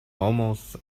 almost